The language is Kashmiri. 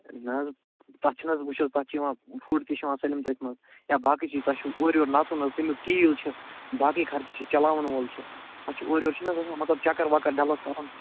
نہَ حظ تَتھ چھِنہٕ حظ وُچھ حظ تَتھ چھِ یِوان ہُر تہِ چھُ یِوان سٲلِم تٔتھۍ منٛز یا باقٕے چیٖز تۄہہِ چھُو اورٕ یور نَژُن حظ تَمیُک تیٖل چھِ باقٕے خرچہٕ چھُ چلاوَن وول چھِ اَسہِ چھِ اورٕ یور چھِنہٕ حظ آسان مطلب چَکَر وَکَر ڈَلَس کَرُن